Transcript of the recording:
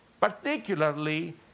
particularly